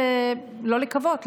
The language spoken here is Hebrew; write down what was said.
לא לקוות,